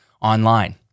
online